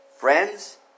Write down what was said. Friends